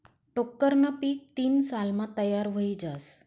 टोक्करनं पीक तीन सालमा तयार व्हयी जास